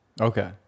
Okay